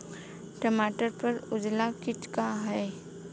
टमाटर पर उजला किट का है?